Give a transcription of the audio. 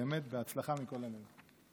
באמת בהצלחה מכל הלב.